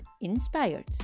inspired